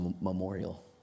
memorial